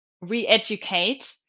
re-educate